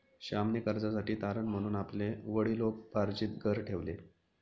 श्यामने कर्जासाठी तारण म्हणून आपले वडिलोपार्जित घर ठेवले